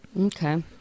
Okay